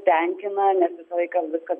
tenkina nes visą laiką viskas